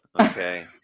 Okay